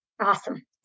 Awesome